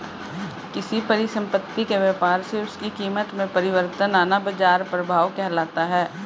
किसी परिसंपत्ति के व्यापार से उसकी कीमत में परिवर्तन आना बाजार प्रभाव कहलाता है